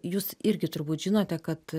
jūs irgi turbūt žinote kad